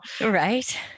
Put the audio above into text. Right